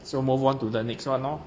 so move on to the next one lor